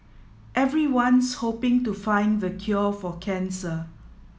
everyone's hoping to find the cure for cancer